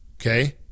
okay